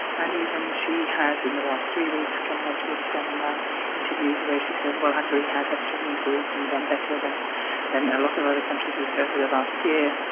and even she has in the last three weeks come out with some interviews where she says, well, hungary has actually improved and done better than than a lot of other countries over the last year,